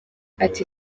ati